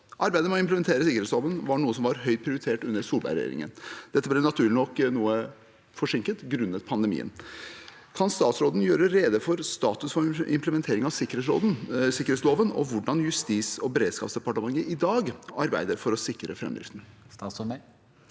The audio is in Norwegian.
Arbeidet med å implementere sikkerhetsloven var noe som var høyt prioritert under Solberg-regjeringen. Dette ble naturlig nok noe forsinket grunnet pandemien. Kan statsråden gjøre rede for status for implementeringen av sikkerhetsloven og hvordan Justis- og beredskapsdepartementet i dag arbeider for å sikre framdriften? Statsråd